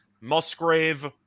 Musgrave